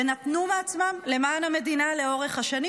ונתנו מעצמם למען המדינה לאורך השנים,